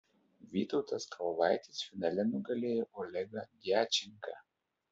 vytautas kalvaitis finale nugalėjo olegą djačenką